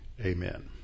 Amen